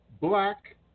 black